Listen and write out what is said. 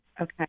okay